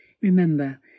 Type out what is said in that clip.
Remember